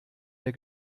der